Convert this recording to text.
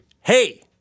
Hey